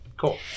cool